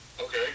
Okay